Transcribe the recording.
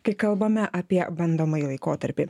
kai kalbame apie bandomąjį laikotarpį